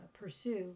pursue